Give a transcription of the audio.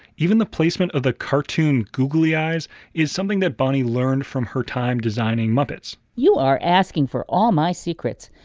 even the placement of the cartoon googly eyes is something that bonnie learned from her time designing muppets you are asking for all my secrets!